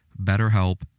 BetterHelp